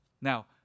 Now